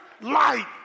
light